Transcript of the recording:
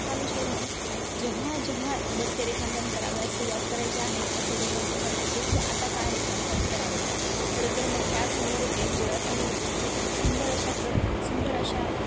हा विषय मी जेव्हा जेव्हा बसते रेखांकन करायाला सुरुवात करायचे आहे असे डोक्यात विचार करते की आता काय रेखांकन करावे खरं तर मग त्यासमोर ते डोळ्यासमोर ते की सुंदर अशा प्र सुंदर अशा